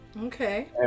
Okay